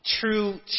true